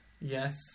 Yes